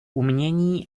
umění